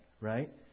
right